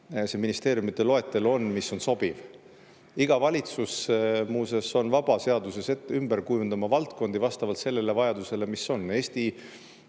see ministeeriumide loetelu, mis on sobiv. Iga valitsus, muuseas, on vaba seaduses ümber kujundama valdkondi vastavalt sellele vajadusele, mis on. Eesti